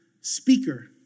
speaker